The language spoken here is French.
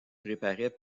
préparaient